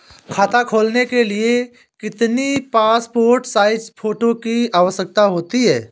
खाता खोलना के लिए कितनी पासपोर्ट साइज फोटो की आवश्यकता होती है?